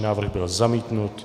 Návrh byl zamítnut.